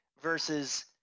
versus